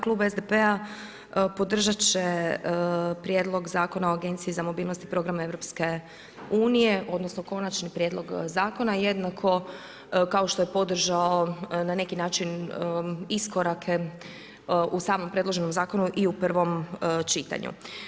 Klub SDP-a podržat će Prijedlog zakona o Agenciji za mobilnost i programe EU odnosno Konačni prijedlog Zakona jednako kao što je podržao na neki način iskorake u samom predloženom zakonu i u prvom čitanju.